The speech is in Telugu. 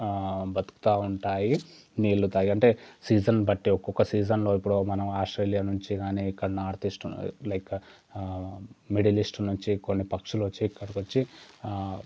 బ్రతుకుతూ ఉంటాయి నీళ్ళు త్రాగి అంటే సీజన్ బట్టి ఒకొక్క సీజన్లో ఇప్పుడు మనం ఆస్ట్రేలియా నుంచి కానీ ఏకంగా north east like middle east నుంచి కొన్ని పక్షులు వచ్చి ఇక్కడకి వచ్చి